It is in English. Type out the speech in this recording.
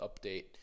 update